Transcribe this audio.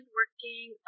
working